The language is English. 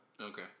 Okay